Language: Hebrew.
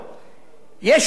יש עוני בתל-אביב,